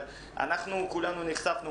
כולנו נחשפנו,